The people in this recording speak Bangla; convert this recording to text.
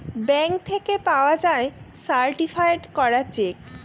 ব্যাঙ্ক থেকে পাওয়া যায় সার্টিফায়েড করা চেক